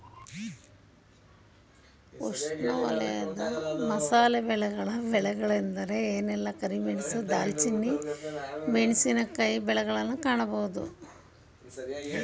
ಉಷ್ಣವಲಯದ ಮಸಾಲೆ ಬೆಳೆಗಳ ಬೆಳೆಗಳೆಂದರೆ ವೆನಿಲ್ಲಾ, ಕರಿಮೆಣಸು, ದಾಲ್ಚಿನ್ನಿ, ಮೆಣಸಿನಕಾಯಿ ಬೆಳೆಗಳನ್ನು ಕಾಣಬೋದು